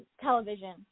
television